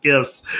gifts